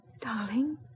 Darling